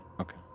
Okay